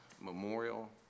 memorial